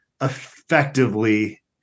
effectively